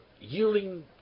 yielding